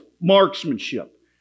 marksmanship